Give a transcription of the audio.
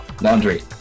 laundry